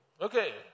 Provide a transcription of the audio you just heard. Okay